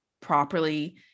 properly